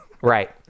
Right